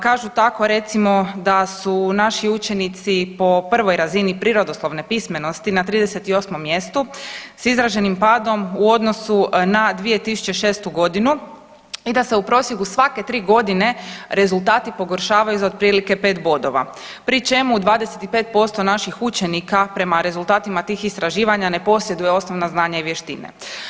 Kažu tako recimo da su naši učenici po prvoj razini prirodoslovne pismenosti na 38. mjestu s izraženim padom u odnosu na 2006.g. i da se u prosjeku svake 3.g. rezultati pogoršavaju za otprilike 5 bodova, pri čemu 25% naših učenika prema rezultatima tih istraživanja ne posjeduje osnovna znanja i vještine.